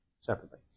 separately